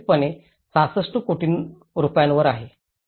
हे एकत्रितपणे 66 कोटी रुपयांवर आहे